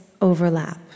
overlap